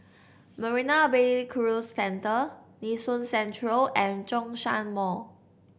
Marina Bay Cruise Centre Nee Soon Central and Zhongshan Mall